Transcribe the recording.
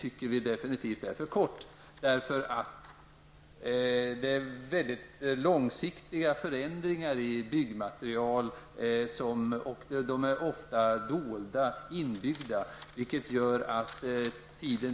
När det gäller byggmaterial handlar det om väldigt långsiktiga förändringar, förändringar som ofta är dolda, dvs. inbyggda.